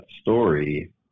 story